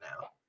now